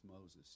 Moses